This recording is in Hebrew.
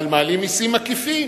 אבל מעלים מסים עקיפים: